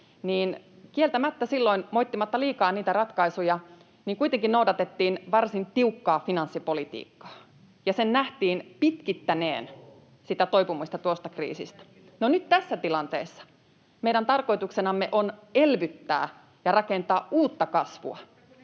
niin kieltämättä silloin — moittimatta liikaa niitä ratkaisuja — kuitenkin noudatettiin varsin tiukkaa finanssipolitiikkaa, ja sen nähtiin pitkittäneen toipumista tuosta kriisistä. No, nyt tässä tilanteessa meidän tarkoituksenamme on elvyttää ja rakentaa uutta kasvua.